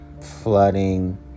flooding